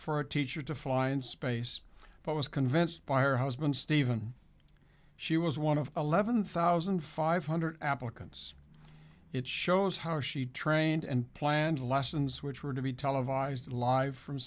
for a teacher to fly in space but was convinced by her husband stephen she was one of eleven thousand five hundred applicants it shows how she trained and planned lessons which were to be televised live from